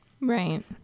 Right